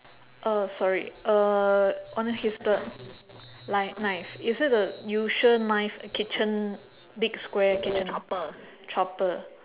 uh sorry uh on his the like knife is it a usual knife kitchen big square kitchen chopper